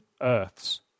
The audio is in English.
Earths